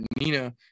nina